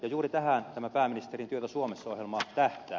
juuri tähän tämä pääministerin työtä suomessa ohjelma tähtää